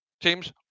teams